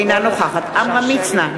אינה נוכחת עמרם מצנע,